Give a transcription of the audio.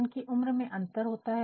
उनकी उम्र में अंतर होता है